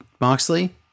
Moxley